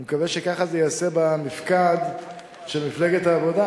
אני מקווה שככה זה ייעשה במפקד של מפלגת העבודה,